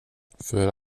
för